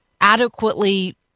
adequately